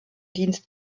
dienst